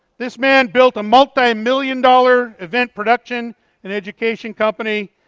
this man built a multi-million dollar event production and education company.